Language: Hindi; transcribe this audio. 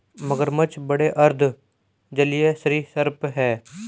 मगरमच्छ बड़े अर्ध जलीय सरीसृप हैं